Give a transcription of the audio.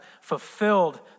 fulfilled